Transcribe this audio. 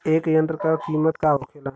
ए यंत्र का कीमत का होखेला?